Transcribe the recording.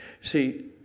See